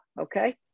okay